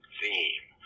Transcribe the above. theme